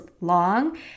long